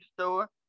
store